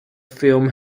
film